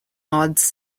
mods